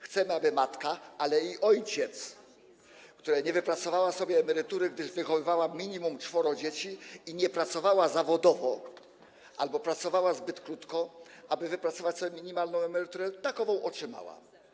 Chcemy, aby matka, ale i ojciec, którzy nie wypracowali sobie emerytury, gdy wychowywali minimum czworo dzieci i nie pracowali zawodowo albo pracowali zbyt krótko, aby wypracować sobie minimalną emeryturę, takową otrzymali.